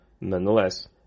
Nonetheless